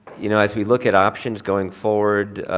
you know, as we look at options going forward